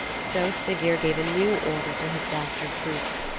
so siggeir gave a new order to his dastard troops.